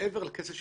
מעבר לכסף שנאמר.